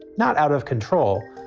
not out of control,